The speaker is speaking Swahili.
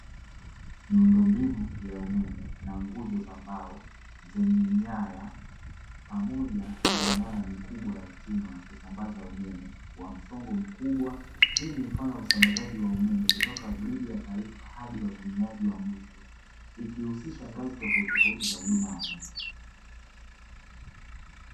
Miundombinu ya umeme na nguzo za mbao zenye nyaya pamoja na minara mikubwa ya chuma ya kusambaza umeme wa msongo mkubwa, hii mfano husambazaji wa umeme kutoka gridi ya taifa hadi watumiaji wa mwisho, ikihusisha ngazi tofautitofauti za huduma ya umeme.